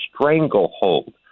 stranglehold